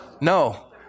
No